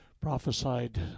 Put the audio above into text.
prophesied